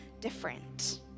different